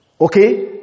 okay